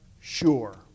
sure